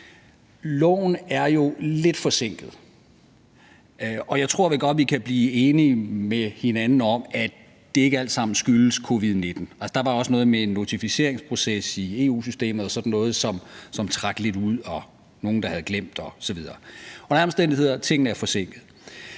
Loven er jo lidt forsinket, og jeg tror, at vi godt kan blive enige med hinanden om, at det ikke alt sammen skyldes covid-19, altså, der var også noget med en notificeringsproces i EU-systemet og sådan noget, som trak lidt ud, og nogle, der havde glemt osv. Under alle omstændigheder er tingene forsinkede.